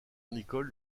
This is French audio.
nicol